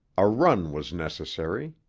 a run was necessary.